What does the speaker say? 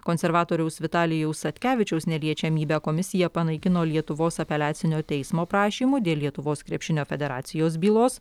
konservatoriaus vitalijaus satkevičiaus neliečiamybę komisija panaikino lietuvos apeliacinio teismo prašymu dėl lietuvos krepšinio federacijos bylos